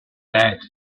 bed